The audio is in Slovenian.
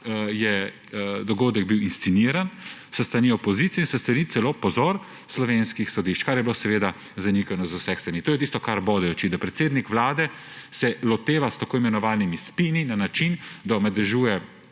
bil dogodek insceniran s strani opozicije in s strani celo, pozor, slovenskih sodišč, kar je bilo seveda zanikano z vseh strani. To je tisto, kar bode v oči – da se predsednik Vlade loteva s tako imenovanimi spini na način, da omadežuje